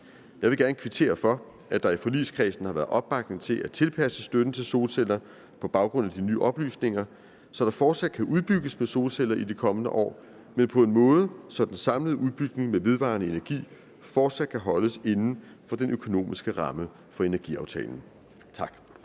Jeg vil gerne kvittere for, at der i forligskredsen har været opbakning til at tilpasse støtten til solceller på baggrund af de nye oplysninger, så der fortsat kan udbygges med solceller i de kommende år, men på en måde, så den samlede udbygning med vedvarende energi fortsat kan holdes inden for den økonomiske ramme for energiaftalen. Tak.